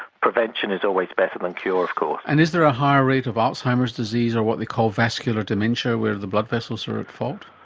prevention is always better than cure, of course. and is there a higher rate of alzheimer's disease or what they call vascular dementia where the blood vessels are at fault?